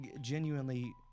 genuinely